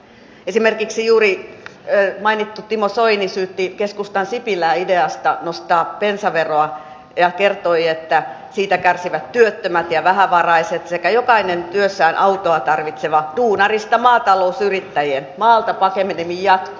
esimerkiksi juuri mainittu timo soini syytti keskustan sipilää ideasta nostaa bensaveroa ja kertoi että siitä kärsivät työttömät ja vähävaraiset sekä jokainen työssään autoa tarvitseva duunarista maatalousyrittäjiin maalta pakeneminen jatkuu